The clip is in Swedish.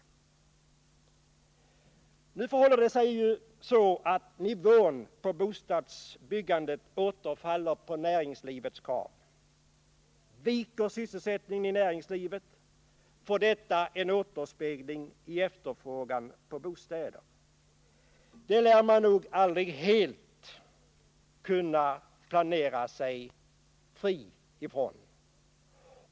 Nu förhåller det sig ju så att nivån på bostadsbyggandet återfaller på näringslivets krav. Viker sysselsättningen i näringslivet, återspeglas detta i efterfrågan på bostäder; det lär man nog aldrig helt kunna planera sig fri från.